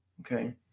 okay